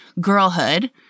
girlhood